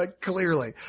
clearly